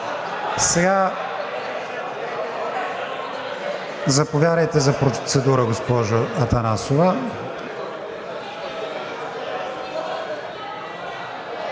Заповядайте за процедура, госпожо Атанасова.